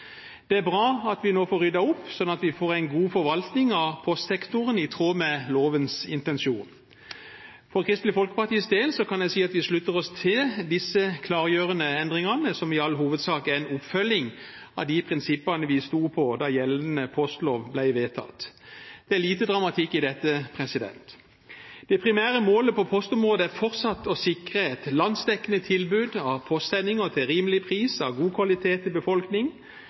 Det er bra at vi nå får ryddet opp, slik at vi får en god forvaltning av postsektoren i tråd med lovens intensjon. For Kristelig Folkepartis del kan jeg si at vi slutter oss til disse klargjørende endringene, som i all hovedsak er en oppfølging av de prinsippene vi sto for da gjeldende postlov ble vedtatt. Det er lite dramatikk i dette. Det primære målet på postområdet er fortsatt å sikre et landsdekkende tilbud av postsendinger til rimelig pris og av god kvalitet til befolkning,